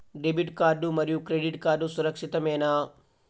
Debit card మరియు credit card సురక్షితమేనా?